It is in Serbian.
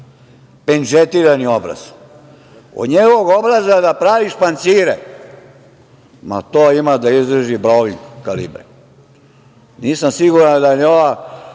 Pendžetirani obraz. Od njegovog obraza da praviš pancire, ma to ima da izdrži brolik kalibre. Nisam siguran da ni ova